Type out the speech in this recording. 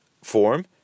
Form